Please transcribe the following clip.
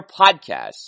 Podcasts